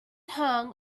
hung